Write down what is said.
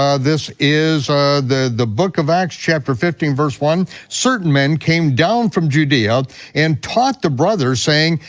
ah this is the the book of acts, chapter fifteen, verse one. certain men came down from judea and taught the brother, saying,